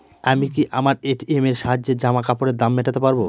আমি কি আমার এ.টি.এম এর সাহায্যে জামাকাপরের দাম মেটাতে পারব?